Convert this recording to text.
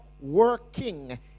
working